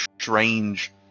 strange